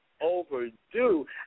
Overdue